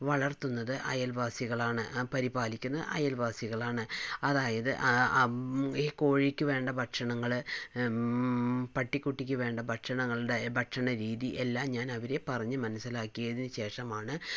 വളർത്തുന്നത് അയൽവാസികളാണ് പരിപാലിക്കുന്നത് അയൽവാസികളാണ് അതായത് അം ഈ കോഴിക്ക് വേണ്ട ഭക്ഷണങ്ങൾ പട്ടി കുട്ടിക്ക് വേണ്ട ഭക്ഷണങ്ങളുടെ ഭക്ഷണരീതി എല്ലാം ഞാൻ അവരെ പറഞ്ഞ് മനസ്സിലാക്കിയതിന് ശേഷമാണ് ഞാൻ